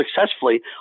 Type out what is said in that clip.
successfully